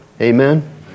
Amen